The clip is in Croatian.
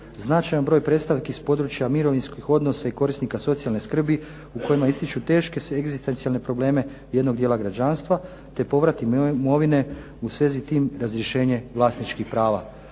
značajan broj predstavki s područja mirovinskih odnosa i korisnika socijalne skrbi u kojima ističu teške se egzistencijalne probleme jednog dijela građanstva te povrat imovine u svezi tim razrješenje vlasničkih prava.